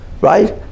Right